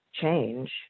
change